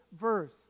verse